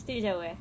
still jauh eh